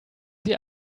sie